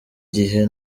gihe